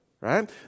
right